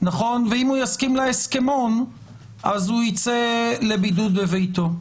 ואם הוא יסכים להסכמון אז הוא ייצא לבידוד בביתו.